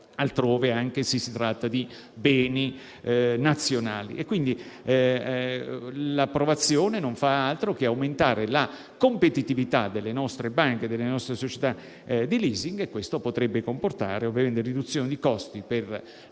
altrove, anche se si tratta di beni nazionali. Dunque, l'approvazione della Convenzione aumenterebbe la competitività delle nostre banche e delle nostre società di *leasing* e ciò potrebbe comportare, ovviamente, una riduzione dei costi per